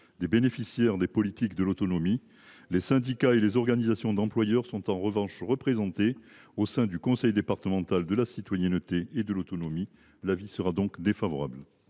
des bénéficiaires des politiques de l’autonomie. Les syndicats et les organisations d’employeurs sont en revanche représentés au sein du conseil départemental de la citoyenneté et de l’autonomie. Avis défavorable.